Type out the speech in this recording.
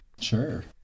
Sure